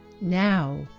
Now